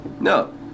No